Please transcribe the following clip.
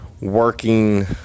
working